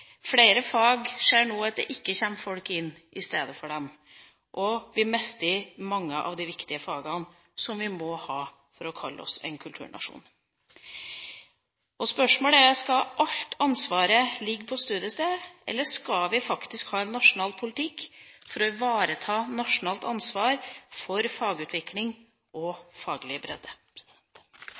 flere fag ser man nå at det ikke kommer folk inn som erstatning, og vi mister mange av de viktige fagene som vi må ha for å kalle oss en kulturnasjon. Spørsmålet er: Skal alt ansvaret ligge på studiestedet, eller skal vi faktisk ha en nasjonal politikk for å ivareta nasjonalt ansvar for fagutvikling og faglig bredde?